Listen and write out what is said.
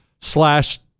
slash